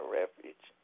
refuge